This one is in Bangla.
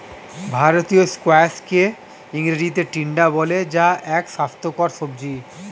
ভারতীয় স্কোয়াশকে ইংরেজিতে টিন্ডা বলে যা এক স্বাস্থ্যকর সবজি